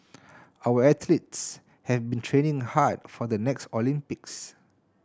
our athletes have been training hard for the next Olympics